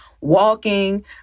walking